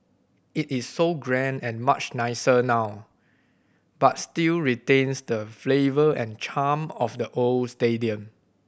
it is so grand and much nicer now but still retains the flavour and charm of the old stadium